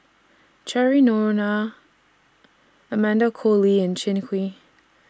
Cheryl Noronha Amanda Koe Lee and Kin Chui